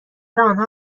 آنها